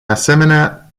asemenea